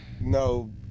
No